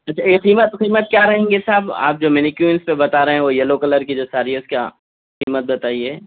اچھا یہ قیمت قیمت کیا رہیں گی صاحب آپ جو منیکلس بتا رہے ہیں وہ یلو کلر کی جو ساری ہے اس کا قیمت بتائیے